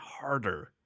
harder